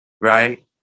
right